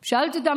שאלתי אותם